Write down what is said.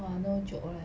!wah! no joke leh